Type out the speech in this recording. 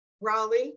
Raleigh